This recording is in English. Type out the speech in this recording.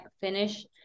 finish